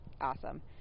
awesome